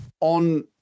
on